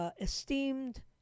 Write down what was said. esteemed